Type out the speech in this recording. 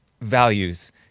values